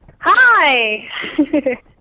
Hi